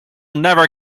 never